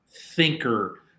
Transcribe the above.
thinker